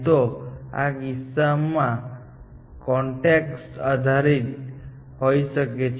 તે આ કિસ્સામાં કોન્ટેક્સટ આધારિત હોઈ શકે છે